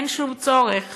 אין שום צורך